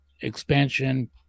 expansion